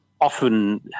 often